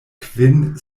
kvin